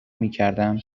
میکردم